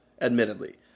admittedly